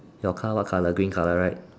your car what colour green colour right